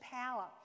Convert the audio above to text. power